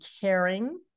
caring